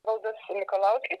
valdas mikalauskis